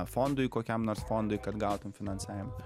fondui kokiam nors fondui kad gautum finansavimą